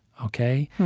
ok?